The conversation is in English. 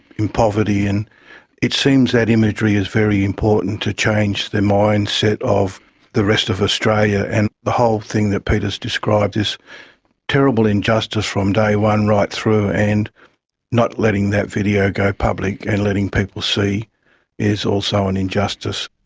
in poverty, and it seems that imagery is very important to change the mindset of the rest of australia. and the whole thing that peter has described is terrible injustice from day one right through, and not letting that video go public and letting people see is also an injustice.